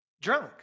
Drunk